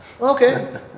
Okay